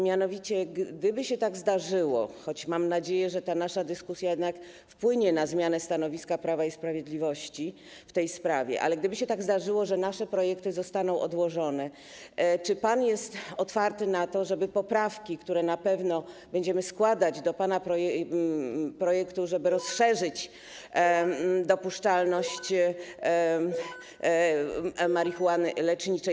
Mianowicie gdyby się tak zdarzyło, choć mam nadzieję, że ta nasza dyskusja jednak wpłynie na zmianę stanowiska Prawa i Sprawiedliwości w tej sprawie, ale gdyby się tak zdarzyło, że nasze projekty zostaną odrzucone, czy pan jest otwarty na to, żeby poprawki, które na pewno będziemy składać do pana projektu, żeby rozszerzyć dopuszczalność marihuany leczniczej.